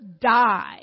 die